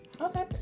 Okay